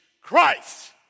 Christ